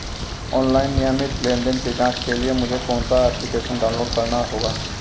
Online नियमित लेनदेन की जांच के लिए मुझे कौनसा एप्लिकेशन डाउनलोड करना होगा?